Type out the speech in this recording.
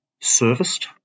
serviced